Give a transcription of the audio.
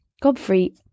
Godfrey